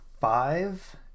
five